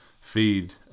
feed